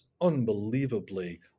unbelievably